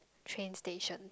train station